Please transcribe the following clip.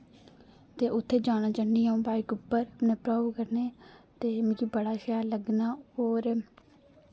ते उत्थै जाना चाहन्नीं अ'ऊं बाइक उप्पर अपने भ्राऊ कन्नै ते मिकी बड़ा शैल लग्गना और